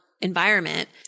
environment